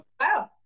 wow